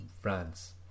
France